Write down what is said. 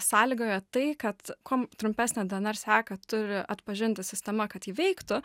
sąlygoja tai kad kuom trumpesnę dnr seką turi atpažinti sistema kad ji veiktų